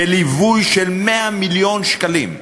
בליווי של 100 מיליון שקלים.